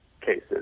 cases